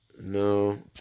no